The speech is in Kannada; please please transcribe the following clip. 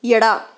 ಎಡ